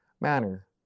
manner